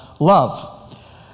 Love